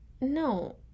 No